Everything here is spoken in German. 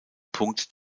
punkt